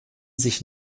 sich